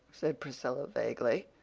said priscilla vaguely.